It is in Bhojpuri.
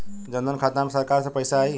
जनधन खाता मे सरकार से पैसा आई?